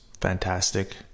fantastic